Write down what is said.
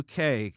UK